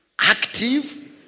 Active